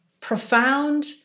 profound